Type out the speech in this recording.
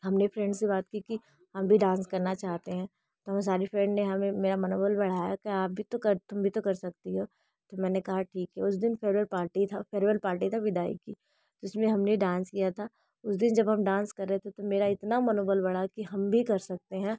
हम ने फ्रेंड से बात की कि हम भी डांस करना चाहते हैं तो हमें सारी फ्रेंड ने हमें मेरा मनोबल बढ़ाया कहा आप भी तो कर तुम भी तो कर सकती हो तो मैंने कहा ठीक है उस दिन फेवरवेल पार्टी थी फेवरवेल पार्टी थी विदाई की तो उसमें हम ने डांस किया था उस दिन जब हम डांस कर रहे थे तो मेरा इतना मनोबल बढ़ा कि हम भी कर सकते हैं